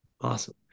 Awesome